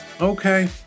Okay